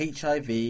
HIV